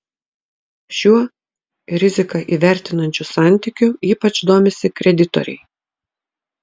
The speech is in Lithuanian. šiuo riziką įvertinančiu santykiu ypač domisi kreditoriai